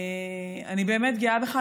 אני באמת גאה בך,